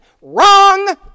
WRONG